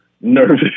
nervous